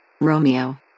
Romeo